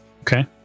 okay